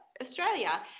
Australia